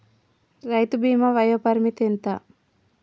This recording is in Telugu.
రైతు బీమా వయోపరిమితి ఎంత?